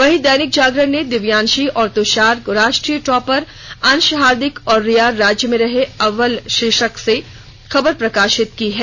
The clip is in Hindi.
वहीं दैनिक जागरण ने दिव्यांशी और तुषार राष्ट्रीय टॉपर अंश हार्दिक और रिया राज्य में रहे अव्वल शीर्षक से खबर प्रकाशित की है